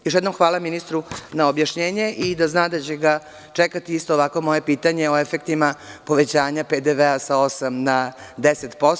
Još jednom hvala ministru na objašnjenju i da zna da će ga čekati isto ovako moje pitanje o efektima povećanja PDV sa 8 na 10%